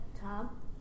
Tom